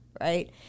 Right